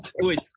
wait